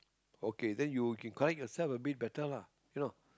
okay then you you can correct yourself a bit better lah you know